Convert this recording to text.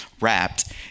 wrapped